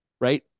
right